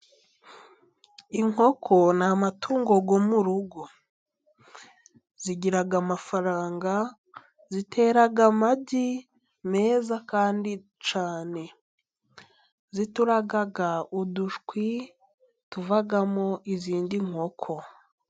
Inkoko ni amatungugu yo murugo zigira amafaranga, ziteraga amagi meza kandi cyane, zituraga udushwi tuvamo izindi nkoko.